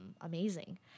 amazing